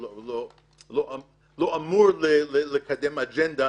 אמור לקדם אג'נדה